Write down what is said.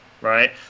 right